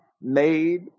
made